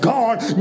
God